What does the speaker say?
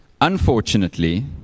Unfortunately